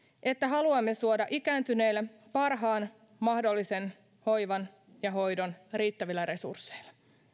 että haluamme suoda ikääntyneille parhaan mahdollisen hoivan ja hoidon riittävillä resursseilla